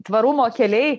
tvarumo keliai